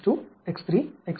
X1 X2 X4